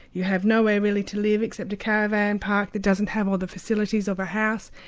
you have nowhere really to live except a caravan park that doesn't have all the facilities of a house,